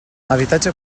habitatge